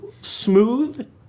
smooth